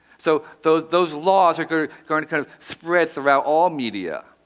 so those those laws like are going to kind of spread throughout all media.